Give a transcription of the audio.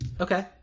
okay